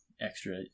extra